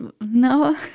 No